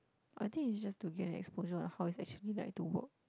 I think it's just to gain exposure on how it's actually like to work